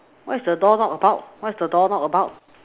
what is the door knob about what is door knob about